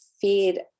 feed